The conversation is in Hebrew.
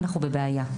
אנחנו בבעיה.